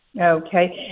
okay